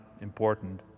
important